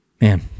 Man